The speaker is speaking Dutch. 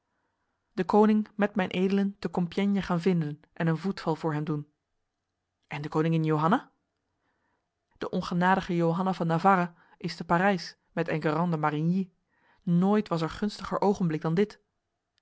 de koning met mijn edelen te compiègne gaan vinden en een voetval voor hem doen en de koningin johanna de ongenadige johanna van navarra is te parijs met enguerrand de marigny nooit was er gunstiger ogenblik dan dit